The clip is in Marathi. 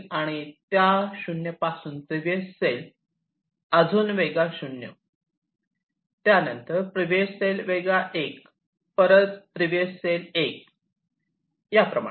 आणि त्या 0 पासून प्रिव्हिएस सेल अजून वेगळा 0 त्यानंतर प्रिव्हिएस सेल वेगळा 1 परत प्रिव्हिएस सेल 1 याप्रमाणे